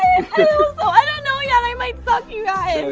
so i don't know you guys i might suck you